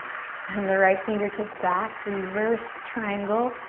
send the right fingertips back, reverse triangle.